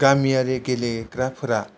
गामियारि गेलेग्राफोरा